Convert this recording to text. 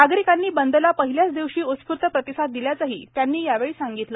नागरिकांनी बंदला पहिल्याच दिवशी उत्स्फूर्त प्रतिसाद दिल्याचेही त्यांनी यावेळी सांगितले